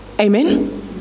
Amen